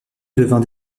devint